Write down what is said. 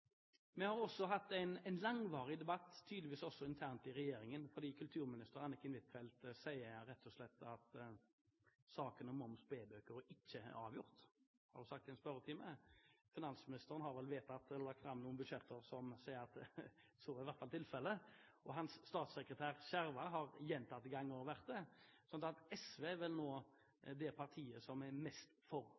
debatt, tydeligvis også internt i regjeringen, for kulturminister Anniken Huitfeldt sier rett og slett at saken om moms på e-bøker ikke er avgjort. Det har hun sagt i en spørretime. Finansministeren har vel vedtatt eller lagt fram noen budsjetter som sier at så er tilfellet, og hans statssekretær Skjerva har gjentatte ganger vært der. SV er vel nå det partiet som er mest for